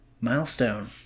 milestone